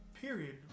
period